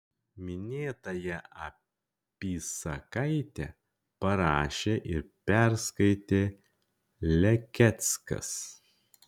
minėtąją apysakaitę parašė ir perskaitė lekeckas